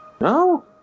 No